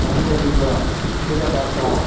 تۄہہِ کۭتیاہ چھِو ضروٗرت کۭتیٛاہ ڈبہٕ ترٛاوو